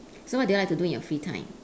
so what do you like to do in your free time